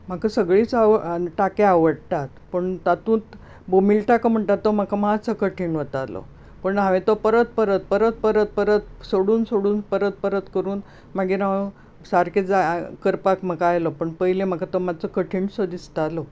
म्हाका सगळींच आवड टाके आवडटात पूण तातूंत बोमील टाको म्हणटात तो म्हाका मात्सो कठीण वतालो पण हांवें तो परत परत परत परत परत सोडून सोडून परत परत करून मागीर हांव सारके जाय करपाक म्हाका आयलो पण पयले म्हाका तो मात्सो कठीण सो दिसतालो